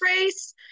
race